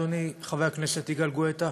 אדוני חבר הכנסת יגאל גואטה?